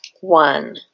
one